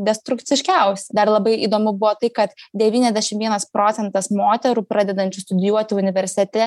destrukciškiausi dar labai įdomu buvo tai kad devyniasdešim vienas procentas moterų pradedančių studijuoti universitete